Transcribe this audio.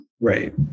Right